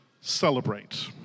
celebrate